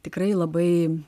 tikrai labai